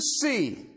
see